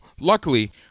luckily